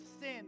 sin